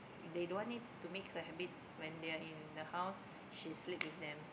they don't want it to make her habit when they are in the house she sleeps with them